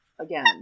Again